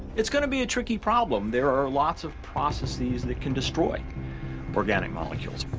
it's going to be a tricky problem. there are lots of processes that can destroy organic molecules.